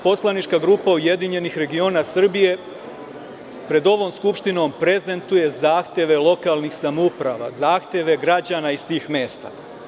Poslanička grupa URS pred ovom Skupštinom prezentuje zahteve lokalnih samouprava, zahteve građana iz tih mesta.